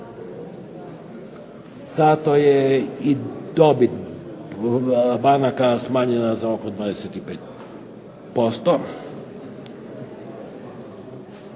Zato je i dobit banaka smanjena za oko 25%,